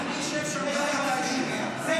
לפני שאתם מצביעים, זה גיבור.